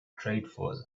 dreadful